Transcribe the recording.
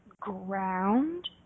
ground